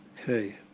Okay